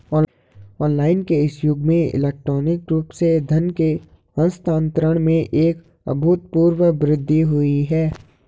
online के इस युग में इलेक्ट्रॉनिक रूप से धन के हस्तांतरण में अभूतपूर्व वृद्धि हुई है